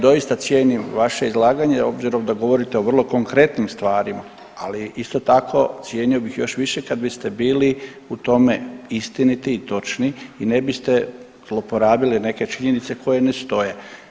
Doista cijenim vaše izlaganje obzirom da govorite o vrlo konkretnim stvarima, ali isto tako cijenio bih još više kada biste bili u tome istiniti i točni i ne biste zloporabili neke činjenice koje ne stoje.